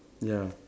ya